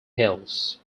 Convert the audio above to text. hells